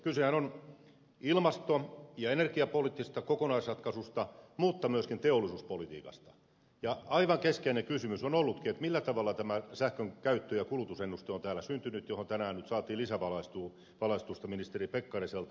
kysehän on ilmasto ja energiapoliittisesta kokonaisratkaisusta mutta myöskin teollisuuspolitiikasta ja aivan keskeinen kysymys on ollutkin millä tavalla täällä on syntynyt tämä sähkön käyttö ja kulutusennuste johon tänään nyt saatiin lisävalaistusta ministeri pekkariselta